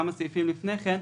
כמה סעיפים לפני כן,